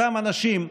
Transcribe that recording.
אותם אנשים,